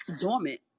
dormant